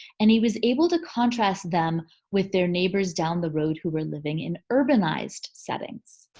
and he was able to contrast them with their neighbors down the road who were living in urbanized settings.